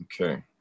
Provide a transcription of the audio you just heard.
Okay